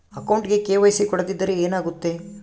ಅಕೌಂಟಗೆ ಕೆ.ವೈ.ಸಿ ಕೊಡದಿದ್ದರೆ ಏನಾಗುತ್ತೆ?